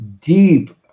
deep